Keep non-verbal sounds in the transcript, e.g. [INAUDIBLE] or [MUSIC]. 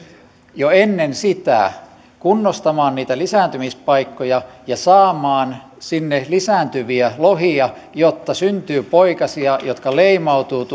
jo ennen sitä kunnostamaan niitä lisääntymispaikkoja ja saamaan sinne lisääntyviä lohia jotta syntyy poikasia jotka leimautuvat [UNINTELLIGIBLE]